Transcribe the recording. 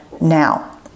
now